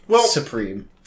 supreme